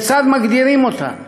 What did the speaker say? כיצד מגדירים אותן,